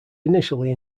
initially